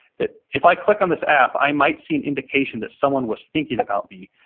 that if i click on this app, i might see an indication that someone was thinking about me.